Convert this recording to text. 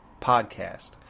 podcast